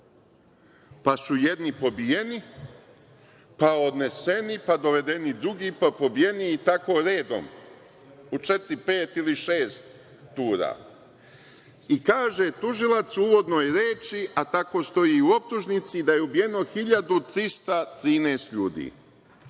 pa su jedni pobijeni, pa odneseni, pa dovedeni drugi, pa pobijeni, i tako redom u četiri, pet ili šest tura. Kaže tužilac u uvodnoj reči, a tako stoji i u optužnici, da je ubijeno 1.313 ljudi.